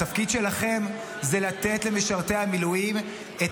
התפקיד שלכם זה לתת למשרתי המילואים את